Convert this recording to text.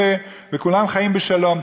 וכולם חיים בשלום.